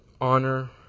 honor